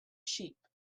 sheep